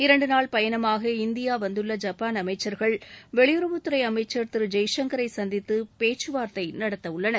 இரண்டுநாள் பயணமாக இந்தியா வந்துள்ள ஜப்பான் அமைச்சர்கள் வெளியுறவுத்துறை அமைச்சர் திரு ஜெய்சங்கரை சந்தித்து பேச்சுவார்த்தை நடத்த உள்ளனர்